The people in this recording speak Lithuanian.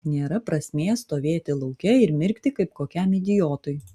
nėra prasmės stovėti lauke ir mirkti kaip kokiam idiotui